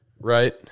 Right